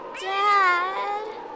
Dad